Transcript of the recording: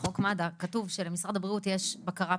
בחוק מד"א כתוב שלמשרד הבריאות יש בקרה,